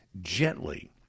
gently